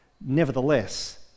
nevertheless